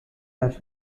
have